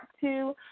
two